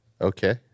Okay